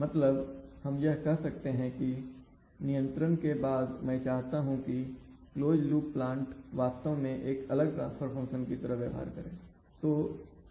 मतलब हम कह सकते हैं कि नियंत्रण के बाद मैं चाहता हूं कि क्लोज लूप प्लांट वास्तव में एक अलग ट्रांसफर फंक्शन की तरह व्यवहार करें ठीक है